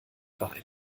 bein